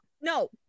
no